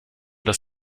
dass